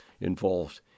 involved